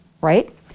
right